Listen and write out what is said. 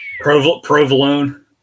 Provolone